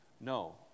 No